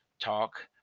talk